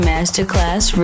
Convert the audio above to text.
Masterclass